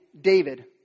David